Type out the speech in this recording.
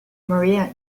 maria